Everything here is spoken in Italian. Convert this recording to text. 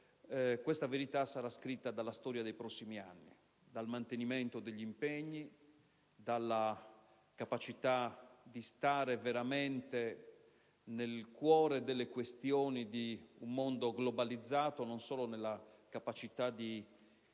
partecipato sarà scritta dalla storia dei prossimi anni, dal mantenimento degli impegni, dalla capacità di stare veramente nel cuore delle questioni di un mondo globalizzato; non solo dalla capacità di